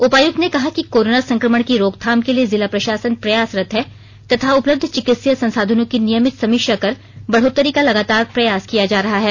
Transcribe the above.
उपायुक्त ने कहा कि कोरोना संक्रमण की रोकथाम के लिए जिला प्रशासन प्रयासरत है तथा उपलब्ध चिकित्सीय संसाधनों की नियमित समीक्षा कर बढ़ोत्तरी का लगातार प्रयास किया जा रहा है